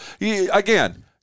Again